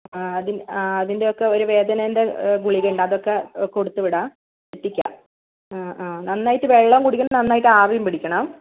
ആ അതിൻ ആ അതിൻ്റെയൊക്കെ ഒരു വേദനേൻ്റെ ഗുളിക ഉണ്ട് അതിൻ്റെയൊക്കെ കൊടുത്തുവിടാം എത്തിക്കാം ആ ആ നന്നായിട്ട് വെള്ളവും കുടിക്കണം നന്നായിട്ട് ആവിയും പിടിക്കണം